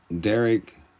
Derek